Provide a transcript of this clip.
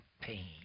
pain